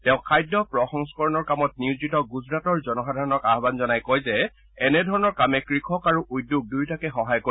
তেওঁ খাদ্য প্ৰ সংস্কৰণৰ কামত নিয়োজিত গুজৰাটৰ জনসাধাৰণক আহান জনাই কয় যে এনেধৰণৰ কামে কৃষক আৰু উদ্যোগ দুয়োটাকে সহায় কৰিব